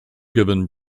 given